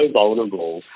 vulnerable